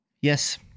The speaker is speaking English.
Yes